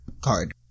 card